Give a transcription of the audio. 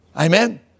Amen